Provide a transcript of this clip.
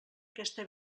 aquesta